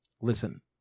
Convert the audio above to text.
Listen